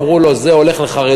אמרו לו: זה הולך לחרדים,